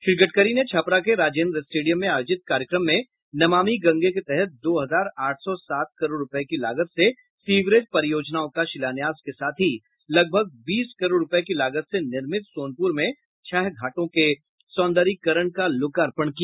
श्री गडकरी ने छपरा के राजेन्द्र स्टेडियम में आयोजित कार्यक्रम में नमामि गंगे के तहत दो हजार आठ सौ सात करोड़ रूपये की लागत से सीवरेज परियोजनाओं का शिलान्यास के साथ ही लगभग बीस करोड़ रूपये की लागत से निर्मित सोनप्र में छह घाटों के सौंदर्यीकरण का लोकार्पण किया